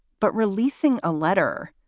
but releasing a letter,